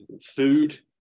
food